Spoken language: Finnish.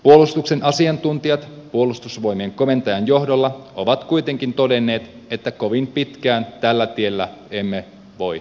puolustuksen asiantuntijat puolustusvoimien komentajan johdolla ovat kuitenkin todenneet että kovin pitkään tällä tiellä emme voi jatkaa